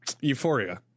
euphoria